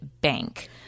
bank